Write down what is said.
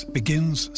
begins